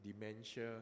dementia